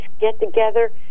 get-together